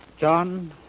John